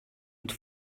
mit